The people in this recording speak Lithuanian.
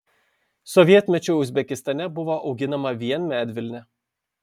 sovietmečiu uzbekistane buvo auginama vien medvilnė